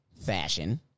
Fashion